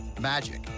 Magic